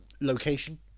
Location